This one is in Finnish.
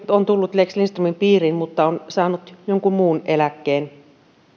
on tullut lex lindströmin piiriin mutta on saanut jonkun muun eläkkeen